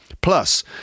Plus